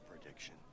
prediction